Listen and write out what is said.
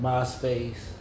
Myspace